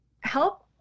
help